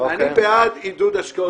אני בעד עידוד השקעות הון.